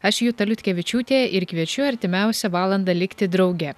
aš juta liutkevičiūtė ir kviečiu artimiausią valandą likti drauge